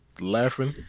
laughing